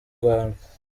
rwanda